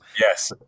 yes